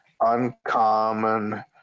uncommon